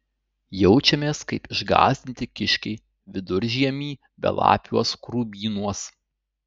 jaučiamės kaip išgąsdinti kiškiai viduržiemį belapiuos krūmynuos